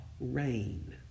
rain